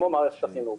כמו מערכת החינוך,